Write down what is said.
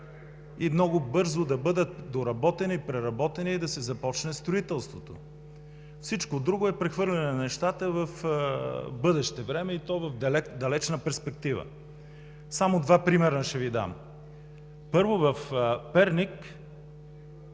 и много бързо да бъдат доработени, преработени и да се започне строителството. Всичко друго е прехвърляне на нещата в бъдеще време, и то в далечна перспектива. Ще Ви дам само два примера. Първо, в Перник